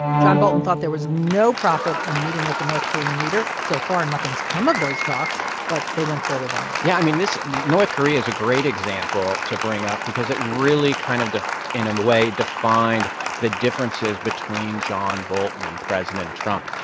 john bolton thought there was no profit in meeting with the north korean leader. so far, nothing's come of those talks, but they went forward anyway yeah, i mean this north korea is a great example to bring up because it really kind of, in a way, defined the differences between john bolton and president trump.